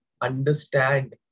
understand